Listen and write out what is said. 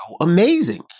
amazing